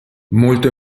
molto